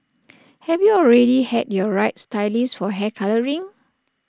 have you already had your right stylist for hair colouring